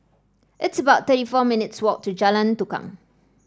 it's about thirty four minutes' walk to Jalan Tukang